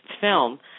film